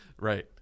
Right